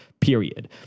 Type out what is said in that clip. period